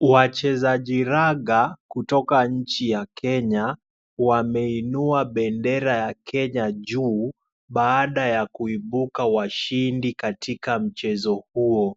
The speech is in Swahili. Wachezaji raga kutoka nchi ya Kenya wameinua bendera ya Kenya juu, baada ya kuibuka washindi katika mchezo huo.